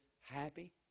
happy